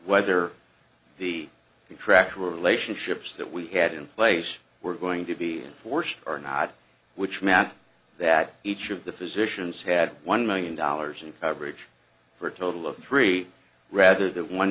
contractual relationships that we had in place were going to be enforced or not which meant that each of the physicians had one million dollars in coverage for a total of three rather that one